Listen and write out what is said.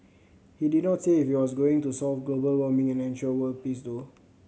he did not say if he was going to solve global warming and ensure world peace though